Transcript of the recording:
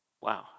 Wow